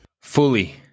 Fully